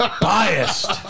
Biased